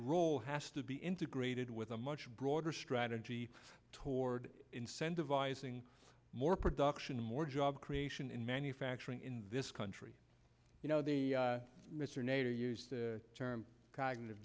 role has to be integrated with a much broader strategy toward incentivizing more production more job creation in manufacturing in this country you know the mr nader used the term cognitive